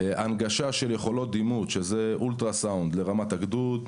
הנגשה של יכולות דימות שזה אומר אולטרה סאונד לרמת הגדוד,